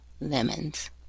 lemons